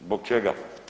Zbog čega?